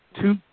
two –